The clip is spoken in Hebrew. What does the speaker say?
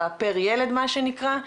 בפר ילד מה שנקרא,